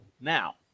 Now